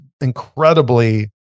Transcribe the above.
incredibly